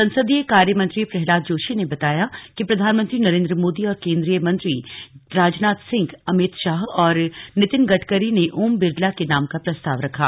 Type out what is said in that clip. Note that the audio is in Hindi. संसदीय कार्यमंत्री प्रहलाद जोशी ने बताया कि प्रधानमंत्री नरेन्द्र मोदी और केन्द्रीय मंत्री राजनाथ सिंह अमित शाह और नितिन गडकरी ने ओम बिरला के नाम का प्रस्ताव रखा